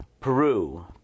Peru